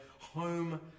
home